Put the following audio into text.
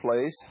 place